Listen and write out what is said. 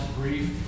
brief